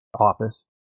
office